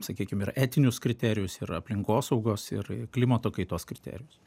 sakykim ir etinius kriterijus ir aplinkosaugos ir klimato kaitos kriterijus